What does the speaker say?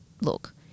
look